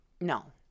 no